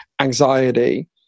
Anxiety